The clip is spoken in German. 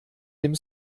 dem